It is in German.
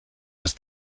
des